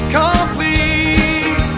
complete